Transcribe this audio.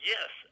Yes